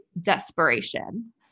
desperation